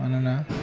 मानोना